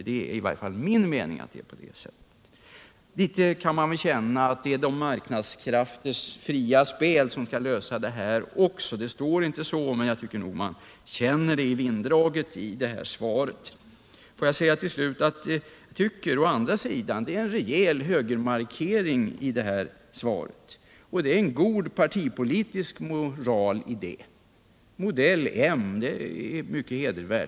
Det är i varje fall min mening att det är på det sättet. Litet kan man känna att det är marknadskrafters fria spel som skall lösa problemet. Det står inte så, men man känner det av den koservativa tonen i svaret. Till slut vill jag säga att det är en rejäl högermarkering i svaret, och det är en god partipolitisk moral, modell m. Det är mycket hedervärt.